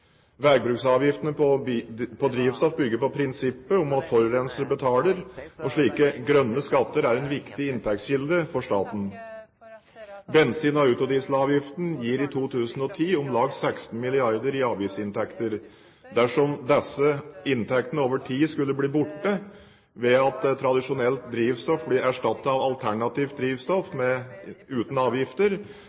på drivstoff bygger på prinsippet om at forurenser betaler, og slike grønne skatter er en viktig inntektskilde for staten. Bensin- og autodieselavgiften gir i 2010 om lag 16 milliarder kr i avgiftsinntekter. Dersom disse inntektene over tid skulle bli borte ved at tradisjonelt drivstoff blir erstattet av alternativt drivstoff uten avgifter, vil et slikt eventuelt inntektsbortfall måtte dekkes gjennom økte skatter og avgifter,